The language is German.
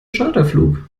charterflug